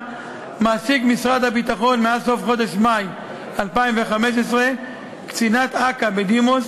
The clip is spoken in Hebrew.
מעסיק משרד הביטחון מאז סוף חודש מאי 2015 קצינת אכ"א בדימוס,